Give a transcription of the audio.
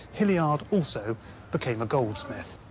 hilliard also became a goldsmith.